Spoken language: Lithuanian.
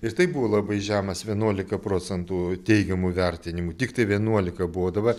ir taip buvo labai žemas vienuolika procentų teigiamų vertinimų tiktai vienuolika buvo dabar